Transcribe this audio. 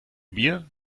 mir